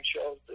shows